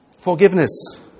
Forgiveness